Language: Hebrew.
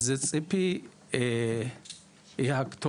אז ציפי היא הכתובת,